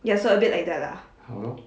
ya so a bit like that lah